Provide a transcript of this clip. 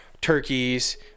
turkeys